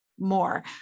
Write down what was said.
more